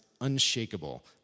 unshakable